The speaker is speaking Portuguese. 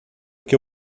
que